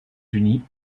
unis